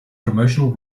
promotional